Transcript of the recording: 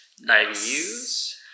Nice